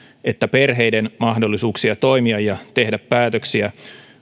että perheiden mahdollisuuksia toimia ja tehdä päätöksiä